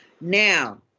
Now